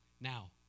now